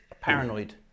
paranoid